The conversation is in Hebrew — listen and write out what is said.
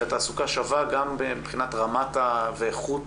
אלא תעסוקה שווה גם מבחינת רמת ואיכות